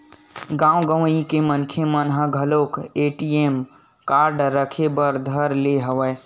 गाँव गंवई के मनखे मन ह घलोक ए.टी.एम कारड रखे बर धर ले हवय